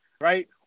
right